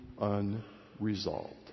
unresolved